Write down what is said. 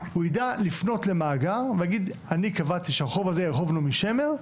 הוא יידע לפנות למאגר ולהגיד: אני קבעתי שהרחוב הזה יהיה רחוב נעמי שמר,